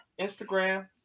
Instagram